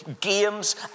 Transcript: games